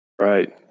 Right